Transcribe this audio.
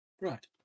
Right